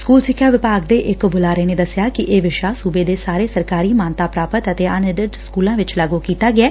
school ਸਿੱਖਿਆ ਵਿਭਾਗ ਦੇ ਇੱਕ ਬੁਲਾਰੇ ਨੇ ਦੱਸਿਆ ਕਿ ਇਹ ਵਿਸ਼ਾ ਸੁਬੇ ਦੇ ਸਾਰੇ ਸਰਕਾਰੀ ਮਾਨਤਾ ਪ੍ਰਾਪਤ ਅਤੇ ਅਣ ਏਡਿਡ ਸਕੁਲਾ ਵਿੱਚ ਲਾਗੁ ਕੀਤਾ ਗਿਐ